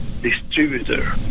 distributor